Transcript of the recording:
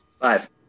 Five